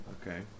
okay